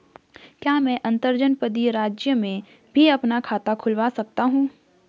क्या मैं अंतर्जनपदीय राज्य में भी अपना खाता खुलवा सकता हूँ?